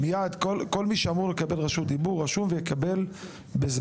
מיד, כל מי שאמור לקבל רשות דיבור יקבל בזמנו.